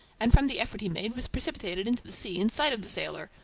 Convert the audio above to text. and from the effort he made was precipitated into the sea in sight of the sailor,